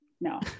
No